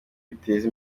bizateza